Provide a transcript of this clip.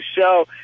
show